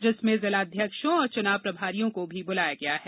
जिसमें जिलाध्यक्षों और चुनाव प्रभारियों को भी बुलाया गया है